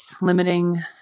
limiting